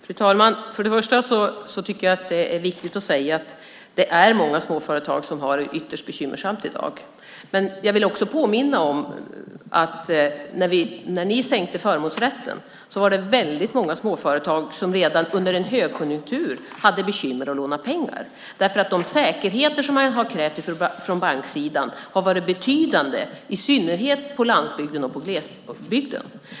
Fru talman! För det första tycker jag att det är viktigt att säga att det är många småföretag som har det ytterst bekymmersamt i dag. Men jag vill också påminna om att när ni sänkte förmånsrätten var det väldigt många småföretag som redan under en högkonjunktur hade bekymmer att låna pengar, därför att de säkerheter som man har krävt från banksidan har varit betydande, i synnerhet på landsbygden och i glesbygden.